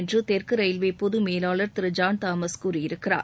என்று தெற்கு ரயில்வே பொதுமேலாளர் திரு ஜான் தாமஸ் கூறியிருக்கிறார்